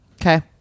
Okay